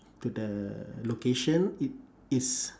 to the location it is